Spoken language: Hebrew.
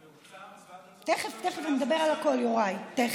אורית, רגע מחוץ לדף.